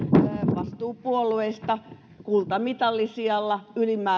vastuupuolueista kultamitalisijalla